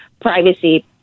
privacy